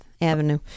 avenue